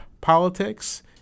politics